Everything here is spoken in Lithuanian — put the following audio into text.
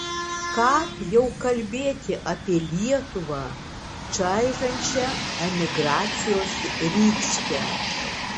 ką jau kalbėti apie lietuvą čaižančią emigracijos rykštę